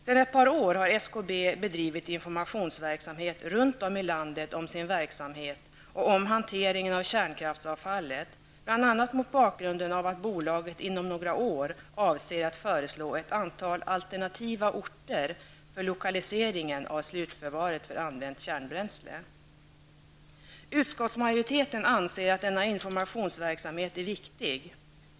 Sedan ett par år har SKB bedrivit informationsverksamhet runt om i landet om sin verksamhet och om hanteringen av kärnkraftsavfallet, bl.a. mot bakgrunden av att bolaget inom några år avser att föreslå ett antal alternativa orter för lokaliseringen av slutförvaret för använt kärnbränsle. Utskottsmajoriteten anser att denna informationsverksamhet är viktig.